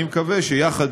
אני מקווה שיחד,